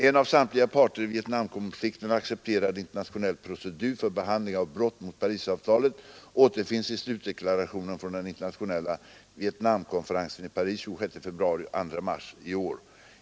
En av samtliga parter i Vietnamkonflikten accepterad internationell procedur för behandling av brott mot Parisavtalet återfinns i slutdeklrationen från den internationella Vietnamkonferensen i Paris 26 februari—2 mars 1973.